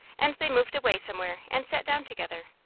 and they moved away somewhere and sat down together.